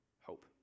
hope